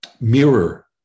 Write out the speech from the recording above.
mirror